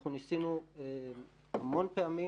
אנחנו ניסינו המון פעמים.